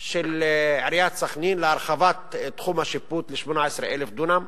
של עיריית סח'נין להרחבת תחום השיפוט ל-18,000 דונם,